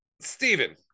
Stephen